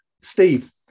Steve